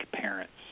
parents